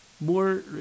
more